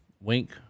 Wink